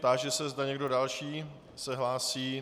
Táži se, zda někdo další se hlásí.